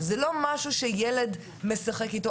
זה לא משהו שילד משחק איתו.